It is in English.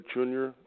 Junior